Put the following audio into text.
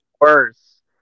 worse